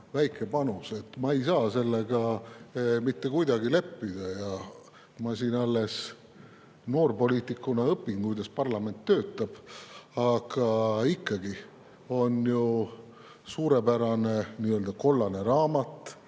väike panus. Ma ei saa sellega mitte kuidagi leppida. Ma siin alles noorpoliitikuna õpin, kuidas parlament töötab. Aga meil on ju suurepärane nii-öelda kollane raamat,